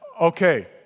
okay